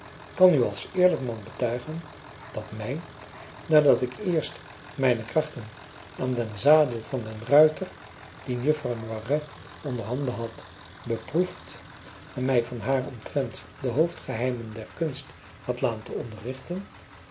kan u als eerlijk man betuigen dat mij nadat ik eerst mijne krachten aan den zadel van den ruiter dien juffrouw noiret onder handen had beproefd en mij van haar omtrent de hoofdgeheimen der kunst had laten